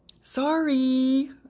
sorry